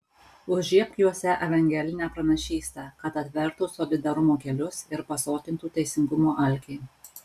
užžiebk juose evangelinę pranašystę kad atvertų solidarumo kelius ir pasotintų teisingumo alkį